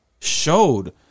showed